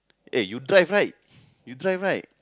eh you drive right you drive right